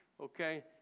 Okay